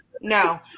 No